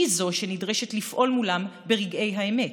היא שנדרשת לפעול מולם ברגעי האמת,